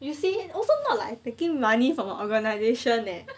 you see also not like I taking money from the organisation leh